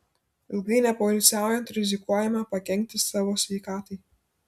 ilgai nepoilsiaujant rizikuojama pakenkti savo sveikatai